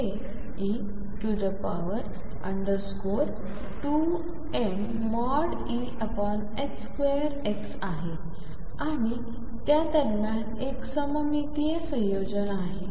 हेe2mE2xआहे आणि त्या दरम्यान एक असममितीय संयोजन आहे